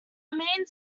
means